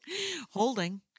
holding